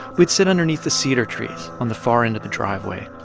we'd sit underneath the cedar trees on the far end of the driveway.